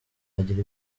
agira